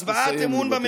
תסיים, בבקשה.